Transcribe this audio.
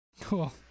cool